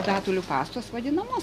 datulių pastos vadinamos